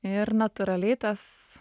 ir natūraliai tas